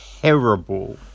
Terrible